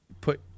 put